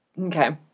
Okay